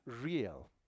real